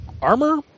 armor